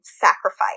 sacrifice